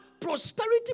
prosperity